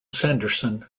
sanderson